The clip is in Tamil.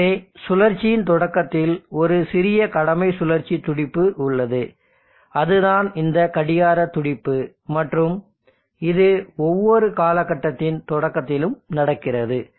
எனவே சுழற்சியின் தொடக்கத்தில் ஒரு சிறிய கடமை சுழற்சி துடிப்பு உள்ளது அது தான் இந்த கடிகார துடிப்பு மற்றும் இது ஒவ்வொரு காலகட்டத்தின் தொடக்கத்திலும் நடக்கிறது